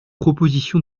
proposition